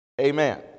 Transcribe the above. Amen